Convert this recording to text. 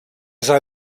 sei